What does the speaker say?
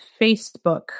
Facebook